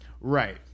Right